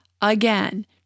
again